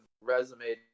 resume